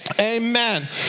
amen